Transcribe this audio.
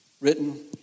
written